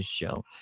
show